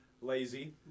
Lazy